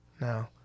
No